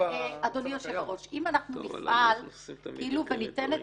אדוני יושב-הראש, אם אנחנו נפעל וניתן את